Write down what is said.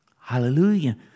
Hallelujah